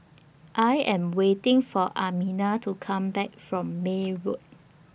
I Am waiting For Almina to Come Back from May Road